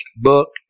book